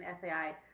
SAI